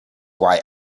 why